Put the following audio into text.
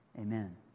Amen